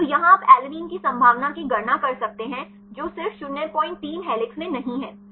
तो यहाँ आप alanine की संभावना की गणना कर सकते हैं जो सिर्फ 03 हेलिक्स में नहीं हैं सही